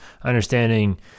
understanding